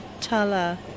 tala